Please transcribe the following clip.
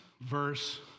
verse